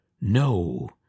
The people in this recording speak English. No